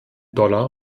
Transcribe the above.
dollar